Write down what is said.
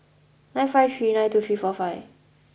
nine five three nine two three four five